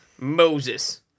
Moses